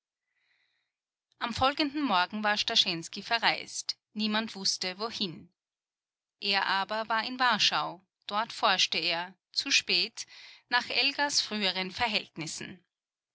am folgenden morgen war starschensky verreist niemand wußte wohin er aber war in warschau dort forschte er zu spät nach elgas früheren verhältnissen